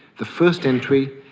the first entry,